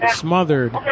smothered